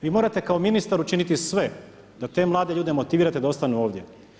Vi morate kao ministar učiniti sve da te mlade ljude motivirate da ostanu ovdje.